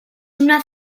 una